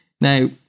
now